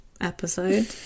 episode